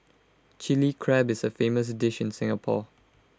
Chilli Crab is A famous dish in Singapore